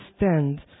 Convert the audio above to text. understand